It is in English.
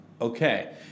Okay